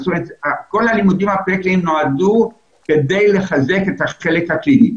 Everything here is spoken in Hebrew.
כל הלימודים הפרה-קליניים נועדו כדי לחזק את החלק הקליני.